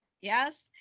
yes